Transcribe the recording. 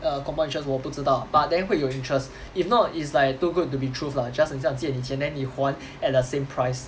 the compound interest 我不知道 but then 会有 interest if not it's like too good to be truth lah just 很像借你钱 then 你还 at the same price